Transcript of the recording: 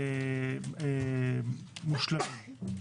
מושלמים.